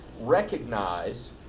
recognize